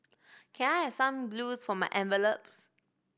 can I have some glue for my envelopes